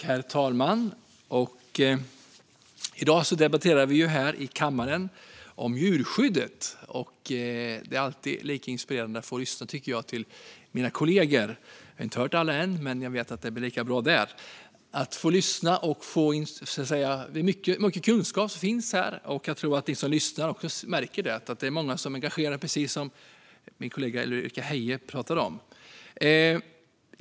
Herr talman! I dag debatterar vi djurskyddet här i kammaren, och det är alltid lika inspirerande att lyssna till mina kollegor. Vi har inte hört alla än, men jag vet att det blir lika bra. Här finns mycket kunskap, och jag tror att alla som lyssnar märker att det är många som är engagerade, precis som min kollega Ulrika Heie talade om.